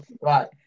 Right